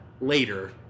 later